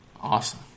Awesome